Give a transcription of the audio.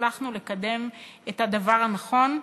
והצלחנו לקדם את הדבר הנכון.